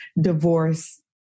divorce